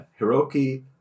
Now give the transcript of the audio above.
Hiroki